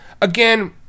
Again